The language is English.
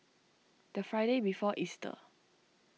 the Friday before Easter